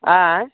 आएँ